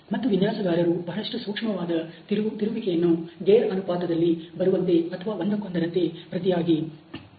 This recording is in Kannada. ಮತ್ತು ವಿನ್ಯಾಸಗಾರರು ಬಹಳಷ್ಟು ಸೂಕ್ಷ್ಮವಾದ ತಿರುವಿಕೆಯನ್ನು ಗೇರ್ ಅನುಪಾತದಲ್ಲಿ ಬರುವಂತೆ ಅಥವಾ ಒಂದಕ್ಕೊಂದರಂತೆ ಪ್ರತಿಯಾಗಿ ಕೊಡಬಹುದು